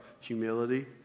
humility